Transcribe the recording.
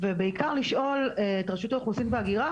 ובעיקר לשאול את רשות האוכלוסין וההגירה